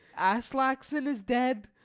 aslaksen is dead,